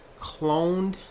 cloned